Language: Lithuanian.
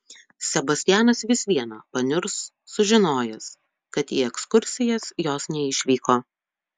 sebastianas vis viena paniurs sužinojęs kad į ekskursijas jos neišvyko